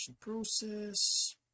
process